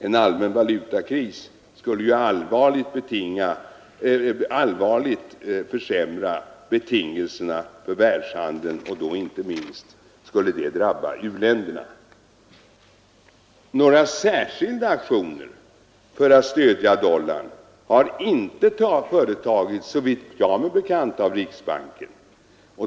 En allmän valutakris skulle allvarligt försämra betingelserna för världshandeln, och detta skulle inte minst drabba u-länderna. Några särskilda aktioner för att stödja dollarn har av riksbanken inte företagits såvitt jag har mig bekant.